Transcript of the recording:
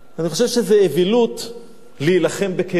אני חושב שזו אווילות להילחם בכלים.